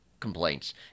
complaints